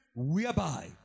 Whereby